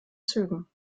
zügen